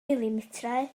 milimetrau